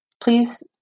Please